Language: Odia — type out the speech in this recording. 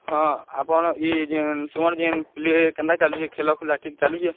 ହଁ ଆପଣ୍ ଇ ଯେନ୍ ତୁମର୍ ଯେନ୍ ପ୍ଲେ କେନ୍ତା ଚାଲୁଚେ ଖେଲ ଖୁଲା କେନ୍ତା ଠିକ୍ ଚାଲୁଚେ